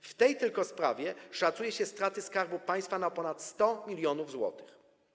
W tej tylko sprawie szacuje się straty Skarbu Państwa na ponad 100 mln zł.